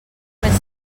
més